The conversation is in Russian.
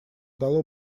дало